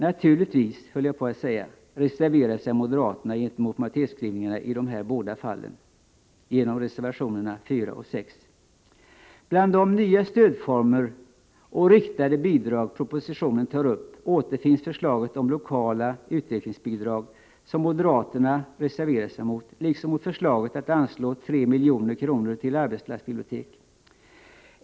Naturligtvis — höll jag på att säga — reserverar sig moderaterna gentemot majoritetsskrivningarna i dessa båda fall i reservationerna 4 och 6. Bland de nya stödformer och riktade bidrag som propositionen tar upp återfinns förslaget om lokala utvecklingsbidrag, som moderaterna reserverar sig mot, liksom de gör mot förslaget att anslå 3 milj.kr. till arbetsplatsbibliotek.